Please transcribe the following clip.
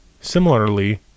similarly